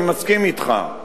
אני מסכים אתך.